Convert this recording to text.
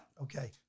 Okay